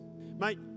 mate